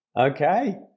Okay